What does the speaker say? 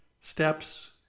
steps